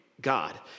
God